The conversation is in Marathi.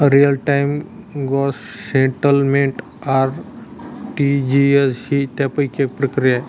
real time gross settlement RTGS ही त्यापैकी एक प्रक्रिया आहे